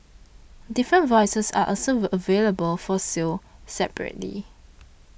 different voices are also available for sale separately